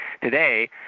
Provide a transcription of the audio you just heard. today